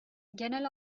genel